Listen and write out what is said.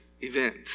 event